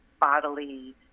bodily